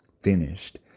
finished